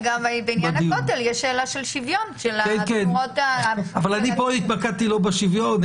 החברים צריכים להגיע לוועדות נוספות.